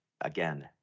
again